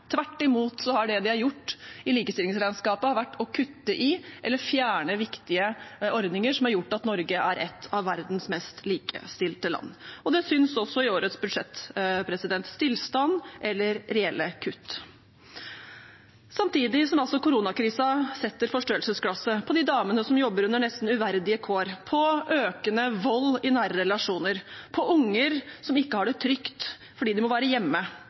Tvert imot har det de har gjort i likestillingsregnskapet, vært å kutte i eller fjerne viktige ordninger som har gjort at Norge er et av verdens mest likestilte land. Det synes også i årets budsjett – stillstand eller reelle kutt. Samtidig som koronakrisen setter forstørrelsesglasset på de damene som jobber under nesten uverdige kår, på økende vold i nære relasjoner, på unger som ikke har det trygt fordi de må være hjemme,